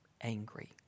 angry